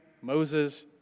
Moses